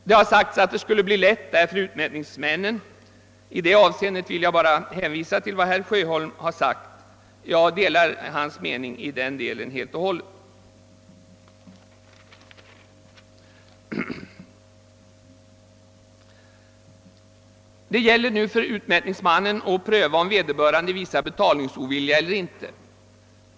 Det har vidare anförts att den nya ordningen skulle underlätta utmätningsmännens uppgifter. I detta avseende vill jag bara hänvisa till vad herr Sjöholm sagt. Jag delar härvidlag helt herr Sjöholms mening. Det gäller nu för utmätningsmannen att pröva, om vederbörande gäldenär visar betalningsovilja eller inte.